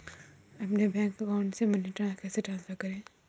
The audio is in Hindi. अपने बैंक अकाउंट से मनी कैसे ट्रांसफर करें?